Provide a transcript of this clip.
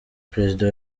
perezida